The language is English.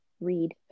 read